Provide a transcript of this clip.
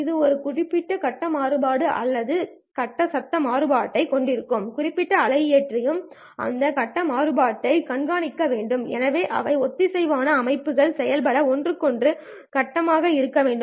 இது ஒரு குறிப்பிட்ட கட்ட மாறுபாடுகள் அல்லது கட்டம் சத்தம் மாறுபாட்டைக் கொண்டிருந்தால் குறிப்பிட்ட அலையியற்றியும் அந்த கட்ட மாறுபாட்டைக் கண்காணிக்க வேண்டும் எனவே அவை ஒத்திசைவான அமைப்புகள் செயல்பட ஒன்றுக்கொன்று கட்டமாக இருக்க வேண்டும்